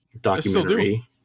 documentary